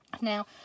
Now